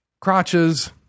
crotches